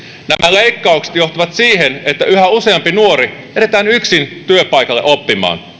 leikkaukset johtavat siihen että yhä useampi nuori jätetään yksin työpaikalle oppimaan